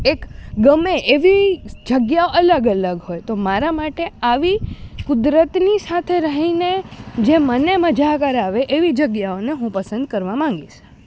એક ગમે એવી જગ્યા અલગ અલગ હોય તો મારા માટે આવી કુદરતની સાથે રહીને જે મને મઝા કરાવે એવી જગ્યાઓને હું પસંદ કરવા માગીશ